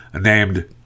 named